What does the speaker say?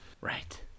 right